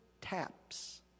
taps